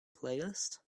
playlist